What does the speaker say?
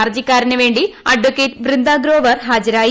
ഹർജിക്കാരന് വേണ്ടി അഡ്ക്കേറ്റ് വൃന്ദ ഗ്രോവർ ഹാജരായി